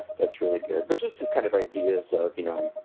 that's really good, but just this kind of ideas of, you know,